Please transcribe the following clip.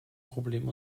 problem